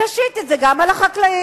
תשית את זה גם על החקלאים.